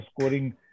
scoring